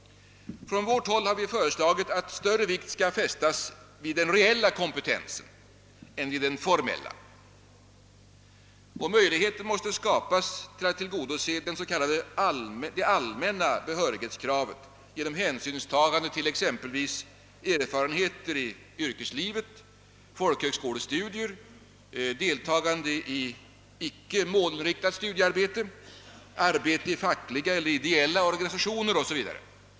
Från vårt håll har vi föreslagit att större vikt skall fästas vid den reella kompetensen än vid den formella. Möjligheter måste skapas att tillgodose det s.k. allmänna behörighetskravet genom hänsynstagande till exempelvis erfarenheter i yrkeslivet, folkhögskolestudier, deltagande i icke målinriktat studiearbete, arbete i fackliga eller ideella organisationer o.s.v.